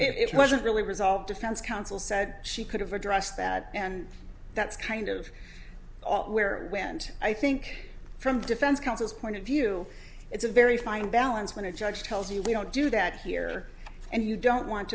fun it wasn't really resolved defense counsel said she could have addressed that and that's kind of all where i went i think from defense counsel's point of view it's a very fine balance when a judge tells you we don't do that here and you don't want